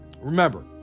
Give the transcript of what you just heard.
Remember